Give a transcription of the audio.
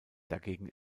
dagegen